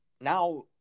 now